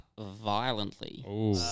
violently